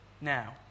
Now